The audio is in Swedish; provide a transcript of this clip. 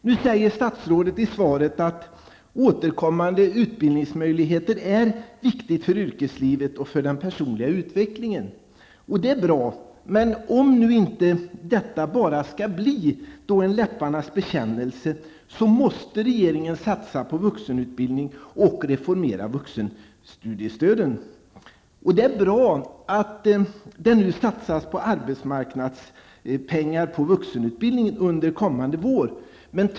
Statsrådet säger nu i svaret att återkommande utbildningsmöjligheter är viktigt för yrkeslivet och den personliga utvecklingen. Det är bra. Men om detta inte bara skall bli en läpparnas bekännelse måste regeringen satsa på vuxenutbildning och reformera vuxenstudiestöden. Det är bra att arbetsmarknadspengar skall satsas på vuxenutbildningen under kommande vår.